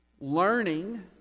learning